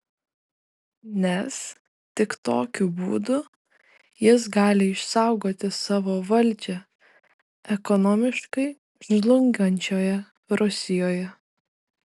nes tik tokiu būdu jis gali išsaugoti savo valdžią ekonomiškai žlungančioje rusijoje